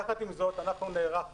יחד עם זאת אנחנו נערכנו